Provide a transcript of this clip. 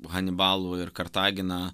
hanibalu ir kartagina